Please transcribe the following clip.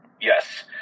Yes